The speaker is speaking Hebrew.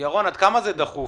ירון, עד כמה זה דחוף?